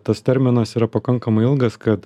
tas terminas yra pakankamai ilgas kad